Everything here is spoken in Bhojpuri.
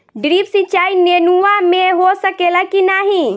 ड्रिप सिंचाई नेनुआ में हो सकेला की नाही?